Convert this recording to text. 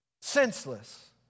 Senseless